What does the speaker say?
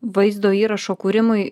vaizdo įrašo kūrimui